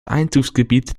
einzugsgebiet